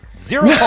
Zero